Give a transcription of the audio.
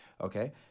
okay